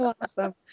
awesome